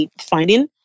finding